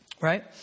Right